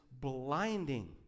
blinding